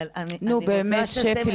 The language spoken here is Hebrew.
אבל אני רוצה --- נו, באמת, שפי.